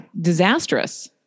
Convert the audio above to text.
Disastrous